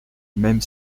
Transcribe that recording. même